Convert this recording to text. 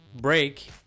break